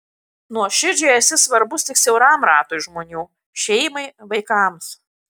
nuoširdžiai esi svarbus tik siauram ratui žmonių šeimai vaikams